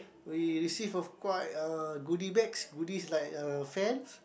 we receive of quite uh goodie bags goodies like uh fans